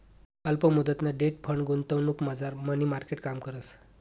अल्प मुदतना debt fund गुंतवणुकमझार मनी मार्केट काम करस